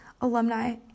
alumni